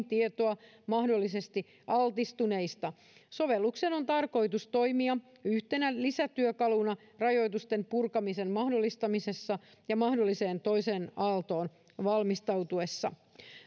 tietoa mahdollisesti altistuneista sovelluksen on tarkoitus toimia yhtenä lisätyökaluna rajoitusten purkamisen mahdollistamisessa ja mahdolliseen toiseen aaltoon valmistautumisessa